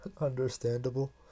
understandable